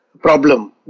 problem